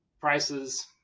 prices